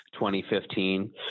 2015